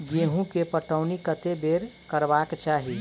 गेंहूँ केँ पटौनी कत्ते बेर करबाक चाहि?